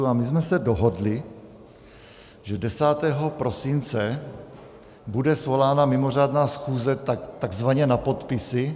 A my jsme se dohodli, že 10. prosince bude svolána mimořádná schůze takzvaně na podpisy.